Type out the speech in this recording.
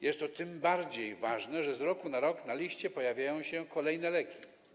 Jest to tym bardziej ważne, że z roku na rok na liście pojawiają się kolejne leki.